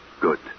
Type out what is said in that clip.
Good